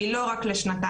והיא לא רק לשנתיים.